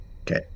Okay